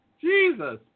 Jesus